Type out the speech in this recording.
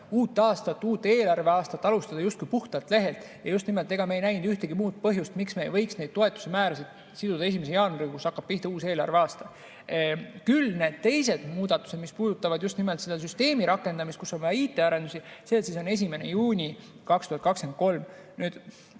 uut aastat, uut eelarveaastat alustada justkui puhtalt lehelt. Ja just nimelt, ega me ei näinud ühtegi põhjust, miks me ei võiks neid toetuse määrasid siduda 1. jaanuariga, kui hakkab pihta uus eelarveaasta. Küll need teised muudatused, mis puudutavad just nimelt süsteemi rakendamist, milleks on vaja IT-arendusi, on alates 1. juunist 2023. Mis